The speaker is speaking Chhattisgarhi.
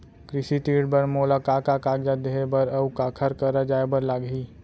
कृषि ऋण बर मोला का का कागजात देहे बर, अऊ काखर करा जाए बर लागही?